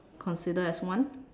consider as one